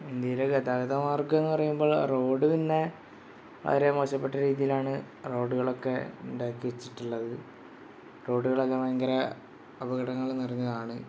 ഇന്ത്യയിലെ ഗതാഗത മാർഗ്ഗം എന്നു പറയുമ്പോൾ റോഡ് പിന്നെ വളരെ മോശപ്പെട്ട രീതിയിലാണ് റോഡുകളൊക്കെ ഉണ്ടാക്കി വെച്ചിട്ടുള്ളത് റോഡുകളൊക്കെ ഭയങ്കര അപകടങ്ങൾ നിറഞ്ഞതാണ്